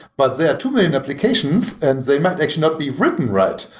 but there are two million applications and they might actually not be written right.